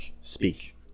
speak